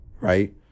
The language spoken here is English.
Right